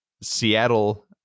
Seattle